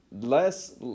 less